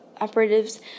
operatives